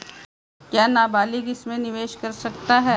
क्या नाबालिग इसमें निवेश कर सकता है?